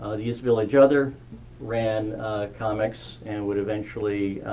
ah the east village other ran comics and would eventually